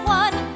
one